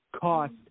cost